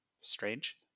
strange